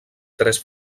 tres